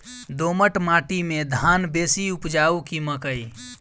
दोमट माटि मे धान बेसी उपजाउ की मकई?